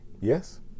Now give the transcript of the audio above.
Yes